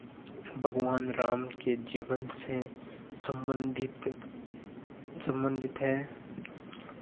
भगवान राम के जीवन से सम्बन्धित सम्बन्धित हैं